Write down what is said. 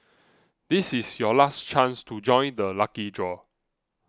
this is your last chance to join the lucky draw